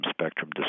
spectrum